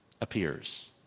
Appears